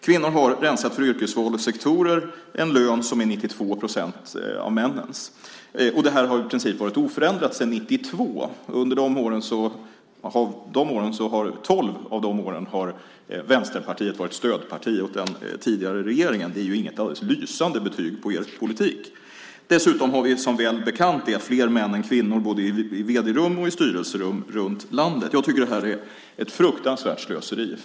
Kvinnor har, med hänsyn till yrkesval och sektorer, en lön som är 92 procent av männens. Det här har i princip varit oförändrat sedan 1992. Under tolv av de åren har Vänsterpartiet varit stödparti åt den tidigare regeringen. Det är inte ett helt lysande betyg på er politik. Dessutom har vi, som bekant, fler män än kvinnor både i vd-rum och i styrelserum runt landet. Jag tycker att det här är ett fruktansvärt slöseri.